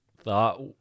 thought